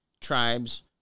tribes